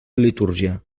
litúrgia